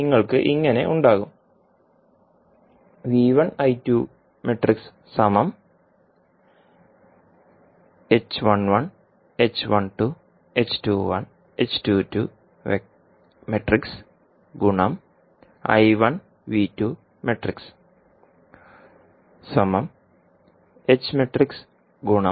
അതിനാൽ നിങ്ങൾക്ക് ഇങ്ങനെ ഉണ്ടാകും